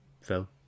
Phil